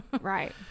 Right